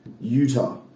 Utah